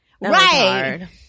Right